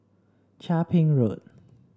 Chia Ping Road